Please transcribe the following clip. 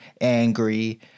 angry